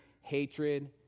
hatred